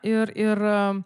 ir ir